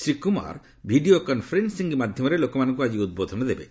Shri Kumar video conferencing ମାଧ୍ୟମରେ ଲୋକମାନଙ୍କୁ ଆଜି ଉଦ୍ବୋଧନ ଦେବେ